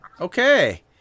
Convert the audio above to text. okay